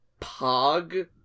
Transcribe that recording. pog